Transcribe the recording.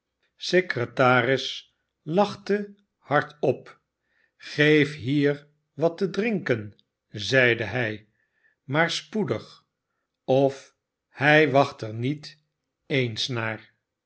secretaris lachte hardop sgeef hier wat te drinken zeide hij maar spoedig of hij wacht er niet eens naar